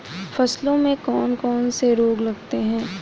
फसलों में कौन कौन से रोग लगते हैं?